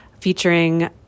featuring